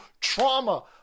trauma